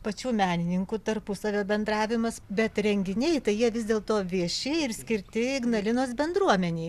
pačių menininkų tarpusavio bendravimas bet renginiai tai jie vis dėlto vieši ir skirti ignalinos bendruomenei